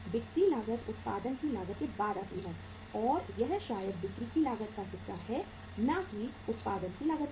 बिक्री लागत उत्पादन की लागत के बाद आती है और यह शायद बिक्री की लागत का हिस्सा है ना की उत्पादन की लागत की